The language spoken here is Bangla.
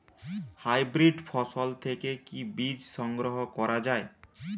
হাইব্রিড ফসল থেকে কি বীজ সংগ্রহ করা য়ায়?